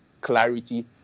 clarity